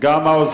אלה שמדברים